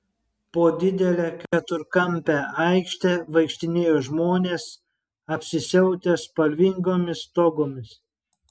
po didelę keturkampę aikštę vaikštinėjo žmonės apsisiautę spalvingomis togomis